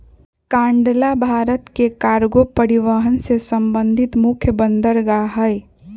कांडला भारत के कार्गो परिवहन से संबंधित मुख्य बंदरगाह हइ